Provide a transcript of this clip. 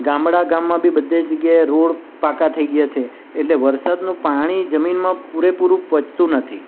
ગામડા ગામમાં બી બધે જગ્યાએ રોડ પાકા થઈ ગ્યા છે એટલે વરસાદનું પાણી જમીનમાં પૂરેપૂરું પહોંચતું નથી